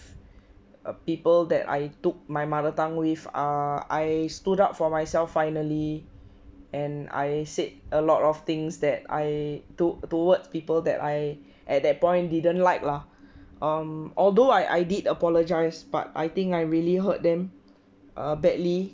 uh people that I took my mother tongue with uh I stood up for myself finally and I said a lot of things that I took towards people that I at that point didn't like lah um although I I did apologize but I think I really hurt them uh badly